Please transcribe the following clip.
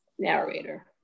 narrator